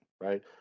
right